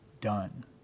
done